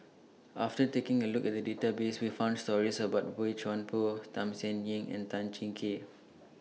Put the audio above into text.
after taking A Look At The Database We found stories about Boey Chuan Poh Tham Sien Yen and Tan Cheng Kee